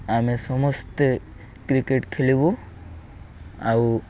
ଆମେ ସମସ୍ତେ କ୍ରିକେଟ୍ ଖେଳିବୁ ଆଉ